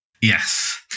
Yes